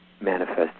manifest